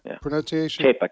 pronunciation